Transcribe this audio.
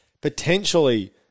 potentially